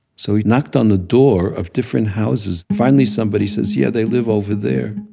so he knocked on the door of different houses. finally somebody says, yeah, they live over there.